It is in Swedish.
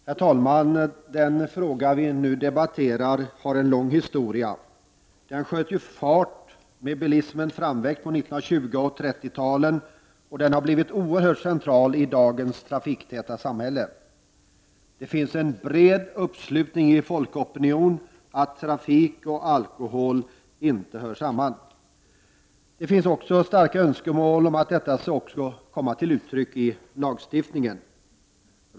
Herr talman! Den fråga vi nu debatterar har en lång historia. Den sköt fart med bilismens framväxt på 20 och 30-talen, och den har blivit oerhört central i dagens trafiktäta samhälle. Det finns en bred uppslutning i folkopinionen bakom uppfattningen att trafik och alkohol inte hör samman, och det finns också starka önskemål om att detta skall komma till uttryck i lagstiftningen.